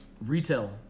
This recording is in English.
Retail